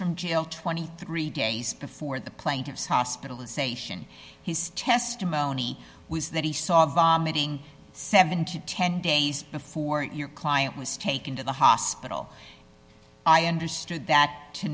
from jail twenty three days before the plaintiff's hospitalization his testimony was that he saw seven to ten days before your client was taken to the hospital i understood that